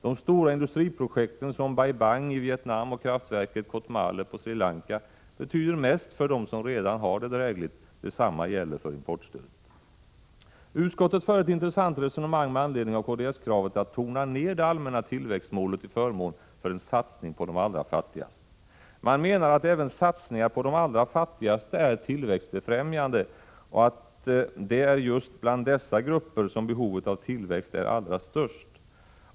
De stora industriprojekten som Bai Bang i Vietnam och kraftverket Kotmale i Sri Lanka betyder mest för dem som redan har det drägligt. Detsamma gäller för importstödet. Utskottet för ett intressant resonemang med anledning av kds-kravet att tona ned det allmänna tillväxtmålet till förmån för en satsning på de allra fattigaste. Man menar att även satsningar på de allra fattigaste är tillväxtbefrämjande och att det är just bland dessa grupper som behovet av tillväxt är allra störst.